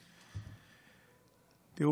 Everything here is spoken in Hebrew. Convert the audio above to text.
תראו,